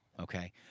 okay